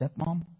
stepmom